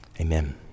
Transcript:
Amen